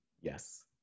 Yes